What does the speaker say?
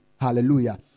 Hallelujah